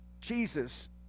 Jesus